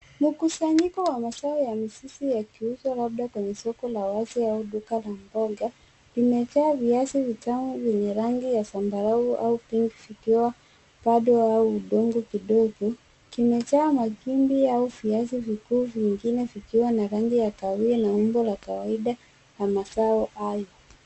Mkusanyiko wa mazao ya mizizi yakiuzwa labda kwenye soko la wazi au duka la mboga. Imejaa viazi vitamu vyenye rangi ya zambarau au[cs ] pink[cs ] ikiwa bado au ndogo kidogo imejaa makimbi au viazi vikuu vingine vikiwa na rangi na kahawia na umbo la kawaida la mazao hayo.